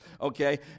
okay